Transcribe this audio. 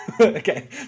okay